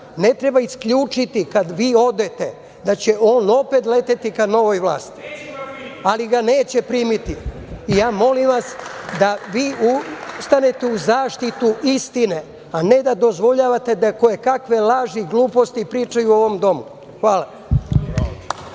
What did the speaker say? Ne treba isključiti kad vi odete da će on opet leteti ka novoj vlasti, ali ga neće primiti. Molim vas da vi ustanete u zaštitu istine, a ne da dozvoljavate da kojekakve laži i gluposti pričaju u ovom domu. Hvala.